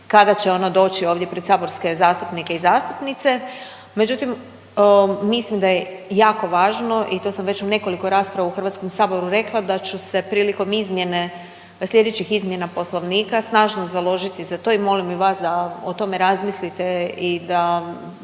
kada će ono doći ovdje pred saborske zastupnike i zastupnice, međutim mislim da je jako važno i to sam već u nekoliko rasprava u HS-u rekla da ću se prilikom izmjene slijedećih izmjena Poslovnika, snažno založiti za to i molim i vas da o tome razmislite i da